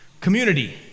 community